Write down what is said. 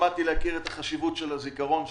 למדתי להכיר את החשיבות של הזיכרון שלך,